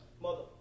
mother